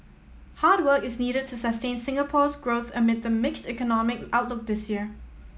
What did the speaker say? hard work is needed to sustain Singapore's growth amid the mixed economic outlook this year